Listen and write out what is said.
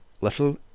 little